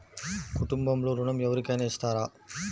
కుటుంబంలో ఋణం ఎవరికైనా ఇస్తారా?